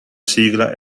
sigla